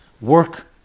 work